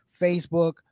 Facebook